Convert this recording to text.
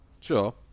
Sure